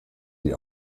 die